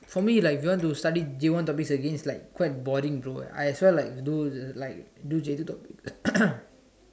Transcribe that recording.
for me like you want to study J-one topics again is like quite boring bro I as well like I do J-two topics